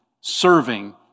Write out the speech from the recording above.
serving